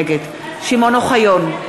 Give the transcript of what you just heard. נגד שמעון אוחיון,